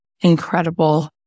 incredible